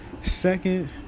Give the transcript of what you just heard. Second